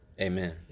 amen